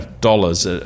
dollars